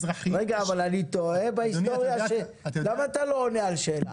למה אתה לא עונה לי על השאלה.